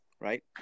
right